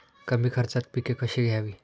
कमी खर्चात पिके कशी घ्यावी?